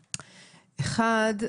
שוב,